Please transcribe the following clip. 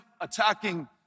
attacking